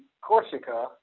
Corsica